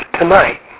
tonight